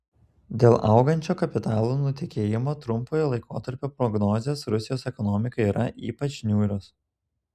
dėl augančio kapitalo nutekėjimo trumpojo laikotarpio prognozės rusijos ekonomikai yra ypač niūrios